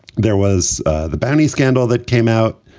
there was the bounty scandal that came out.